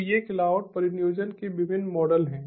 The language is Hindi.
तो ये क्लाउड परिनियोजन के विभिन्न मॉडल हैं